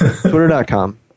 Twitter.com